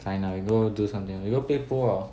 fine lah we go do something else we go play pool ah